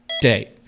day